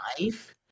life